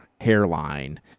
hairline